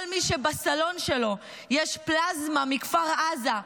כל מי שבסלון שלו יש פלזמה מכפר עזה,